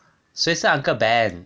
谁是 uncle ben